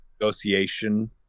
negotiation